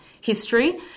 history